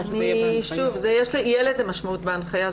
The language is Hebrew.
תהיה לזה משמעות בהנחיה,